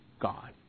God